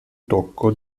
tocco